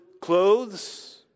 clothes